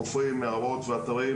חופרים מערות ואתרים,